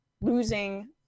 losing